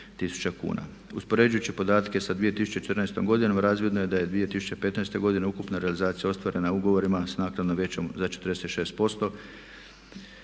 Uspoređujući podatke sa 2014. godinom razvidno je da je 2015. godine ukupna realizacija ostvarena ugovorima s naknadom većom za 46%